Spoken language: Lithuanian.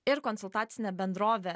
ir konsultacinė bendrovė